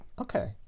okay